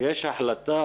יש החלטה,